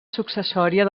successòria